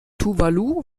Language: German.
tuvalu